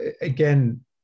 again